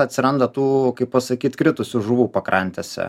atsiranda tų kaip pasakyt kritusių žuvų pakrantėse